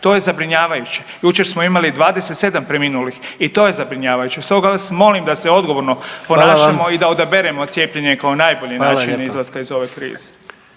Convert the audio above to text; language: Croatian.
to je zabrinjavajuće, jučer smo imali 27 preminulih i to je zabrinjavajuće, stoga vas molim da se odgovorno ponašamo …/Upadica predsjednik: Hvala vam./…i da odaberemo cijepljenje kao najbolji način izlaska iz ove krize.